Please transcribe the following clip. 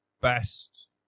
best